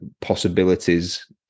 possibilities